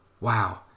Wow